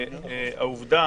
אני חושב,